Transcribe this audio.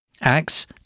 Acts